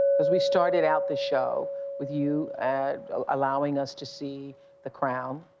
cause we started out the show with you allowing us to see the crown.